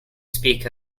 speak